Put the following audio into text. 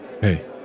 hey